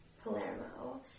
Palermo